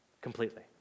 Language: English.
completely